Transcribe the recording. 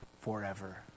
forever